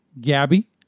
gabby